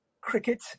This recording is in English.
cricket